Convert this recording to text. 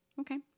Okay